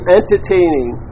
entertaining